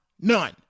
None